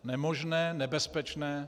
Nemožné, nebezpečné.